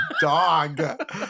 dog